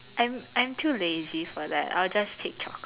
I'm I'm too lazy for that I'll just take chocolate